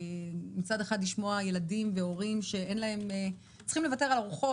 מצד אחד לשמוע ילדים והורים שצריכים לוותר על ארוחות